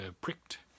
pricked